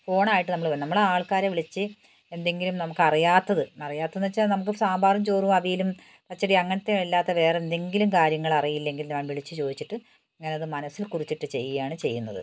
ഫോണായിട്ട് നമ്മൾ നമ്മൾ ആൾക്കാരെ വിളിച്ച് എന്തെങ്കിലും നമുക്കറിയാത്തത് അറിയാത്തതെന്നു വച്ചാൽ നമുക്ക് സാമ്പാറും ചോറും അവിയലും പച്ചടി അങ്ങനത്തെ അല്ലാത്ത വേറെയെന്തെങ്കിലും കാര്യങ്ങളറിയില്ലെങ്കിൽ ഞാൻ വിളിച്ച് ചോദിച്ചിട്ട് ഞാനത് മനസ്സിൽക്കുറിച്ചിട്ട് ചെയ്യുകയാണ് ചെയ്യുന്നന്നത്